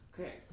Okay